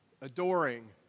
adoring